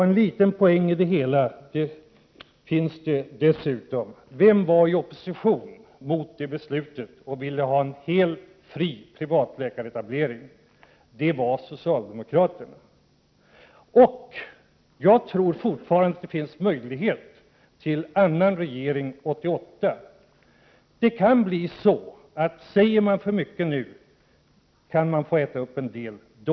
En liten poäng finns det dessutom i sammanhanget: Vilka var i opposition mot det beslutet och ville ha en helt fri privatläkaretablering? Jo, det var socialdemokraterna! Jag tror fortfarande att det finns möjlighet till en annan regering 1988. För många slagord nu kan fp och m få äta upp då!